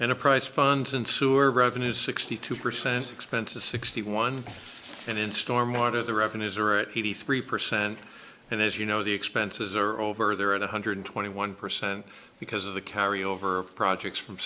a prize funds and sewer revenues sixty two percent expenses sixty one and in stormwater the revenues are at eighty three percent and as you know the expenses are over there at one hundred twenty one percent because of the carry over of projects from